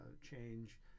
change